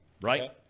right